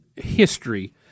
history